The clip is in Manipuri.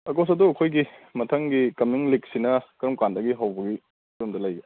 ꯑꯗꯨꯒ ꯑꯩꯈꯣꯏꯒꯤ ꯃꯊꯪꯒꯤ ꯀꯃꯤꯡ ꯂꯤꯛꯁꯤꯅ ꯀꯔꯝ ꯀꯥꯟꯗꯒꯤ ꯍꯧꯕꯒꯤ ꯐꯤꯕꯝꯗ ꯂꯩꯒꯦ